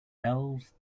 elves